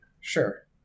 sure